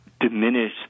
diminish